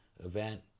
event